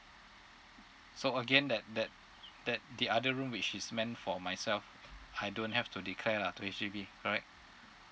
so again that that that the other room which is meant for myself I don't have to declare lah to H_D_B right